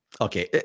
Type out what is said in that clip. Okay